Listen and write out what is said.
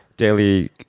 Daily